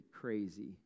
crazy